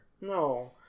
no